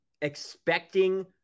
expecting